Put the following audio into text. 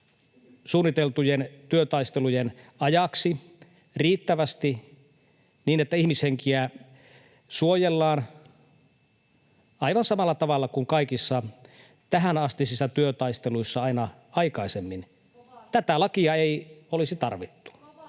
suunniteltujen työtaistelujen ajaksi riittävästi, niin että ihmishenkiä suojellaan aivan samalla tavalla kuin kaikissa tähänastisissa työtaisteluissa aina aikaisemmin, tätä lakia ei olisi tarvittu.